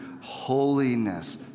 holiness